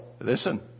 Listen